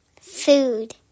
Food